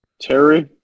Terry